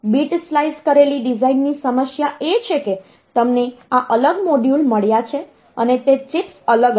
bit slice કરેલી ડિઝાઈનની સમસ્યા એ છે કે તમને આ અલગ મોડ્યુલ મળ્યા છે અને તે ચિપ્સ અલગ હશે